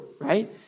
right